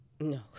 No